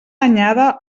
anyada